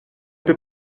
peux